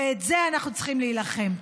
ועל זה אנחנו צריכים להילחם.